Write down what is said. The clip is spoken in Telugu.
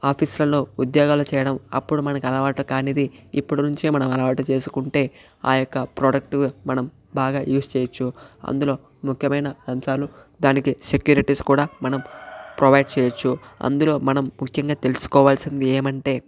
ఆఫీసు లలో ఉద్యోగాలు చేయడం అప్పుడు మనకు అలవాటు కానిది ఇప్పుడు నుంచి మనం అలవాటు చేసుకుంటే ఆ యొక్క ప్రాడక్ట్ మనం బాగా యూజ్ చేయవచ్చు అందులో ముఖ్యమైన అంశాలు దానికి సెక్యూరిటీస్ కూడా మనం ప్రొవైడ్ చేయవచ్చు అందులో మనం ముఖ్యంగా తెలుసుకోవాల్సింది ఏమంటే